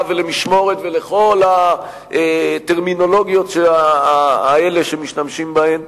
ולמשמורת ולכל הטרמינולוגיות האלה שמשתמשים בהן,